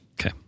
Okay